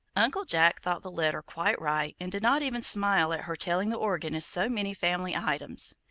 uncle jack thought the letter quite right, and did not even smile at her telling the organist so many family items.